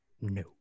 No